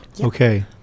Okay